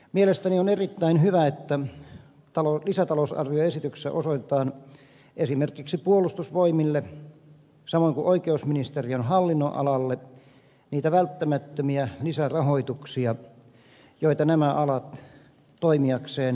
mielestäni on erittäin hyvä että lisätalousarvioesityksessä osoitetaan esimerkiksi puolustusvoimille samoin kuin oikeusministeriön hallinnonalalle niitä välttämättömiä lisärahoituksia joita nämä alat toimiakseen kaipaavat